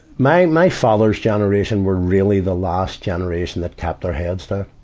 my, my father's generation were really the last generation that kept their heads down.